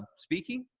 ah speaking?